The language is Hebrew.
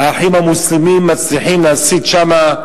"האחים המוסלמים" מצליחים להסית שם,